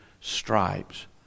stripes